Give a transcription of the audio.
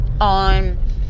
on